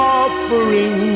offering